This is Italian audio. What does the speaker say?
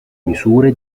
misure